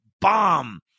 bomb